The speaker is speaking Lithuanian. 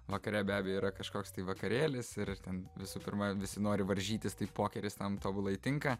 vakare be abejo yra kažkoks tai vakarėlis ir ten visų pirma visi nori varžytis tai pokeris tam tobulai tinka